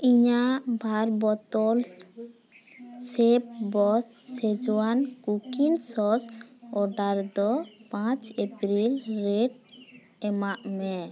ᱤᱧᱟᱹᱜ ᱵᱟᱨ bottles Chef Boss Szechuan cooking sauce order ᱫᱚ ᱯᱟᱸᱪ ᱤᱯᱤᱞ ᱨᱮᱴ ᱮᱢᱟᱜ ᱢᱮ